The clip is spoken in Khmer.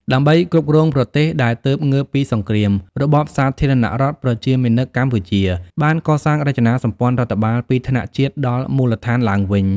ដើម្បីគ្រប់គ្រងប្រទេសដែលទើបងើបពីសង្គ្រាម របបសាធារណរដ្ឋប្រជាមានិតកម្ពុជា បានកសាងរចនាសម្ព័ន្ធរដ្ឋបាលពីថ្នាក់ជាតិដល់មូលដ្ឋានឡើងវិញ។